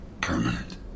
permanent